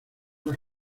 las